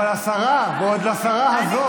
אבל השרה, ועוד לשרה הזאת.